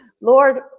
Lord